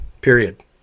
period